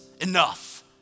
enough